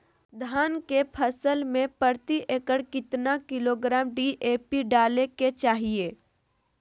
धान के फसल में प्रति एकड़ कितना किलोग्राम डी.ए.पी डाले के चाहिए?